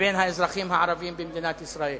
לבין האזרחים הערבים, במדינת ישראל.